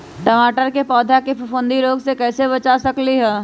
टमाटर के पौधा के फफूंदी रोग से कैसे बचा सकलियै ह?